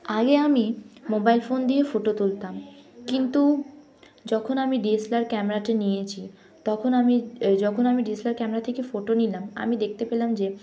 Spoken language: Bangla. আগে আমি মোবাইল ফোন দিয়ে ফোটো তুলতাম কিন্তু যখন আমি ডি এস এল আর ক্যামেরাটা নিয়েছি তখন আমি এই যখন আমি D S L R camera থেকে ফোটো নিলাম আমি দেখতে পেলাম যে